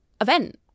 event